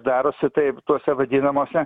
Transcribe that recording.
darosi taip tose vadinamose